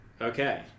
Okay